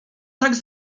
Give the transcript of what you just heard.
taki